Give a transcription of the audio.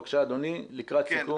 בבקשה, אדוני, לקראת סיכום.